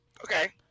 Okay